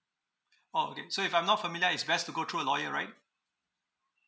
oh okay so if I'm not familiar is best to go through a lawyer right